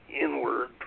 inward